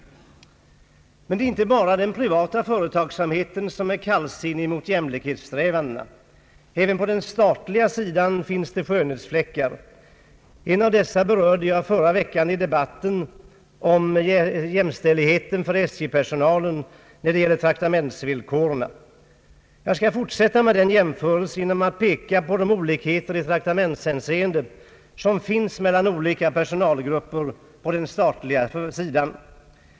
Men det är inte bara den privata företagsamheten som är kallsinnig mot jämlikhetssträvandena. Även på den statliga sidan finns det skönhetsfläckar. En av dessa berörde jag i ett anförande förra veckan i debatten om jämställighet för SJ-personalen beträffande traktamentsvillkor. Jag skall fortsätta med den jämförelsen genom att peka på de olikheter i traktamentshänseende som finns mellan olika personalgrupper på den statliga sidan.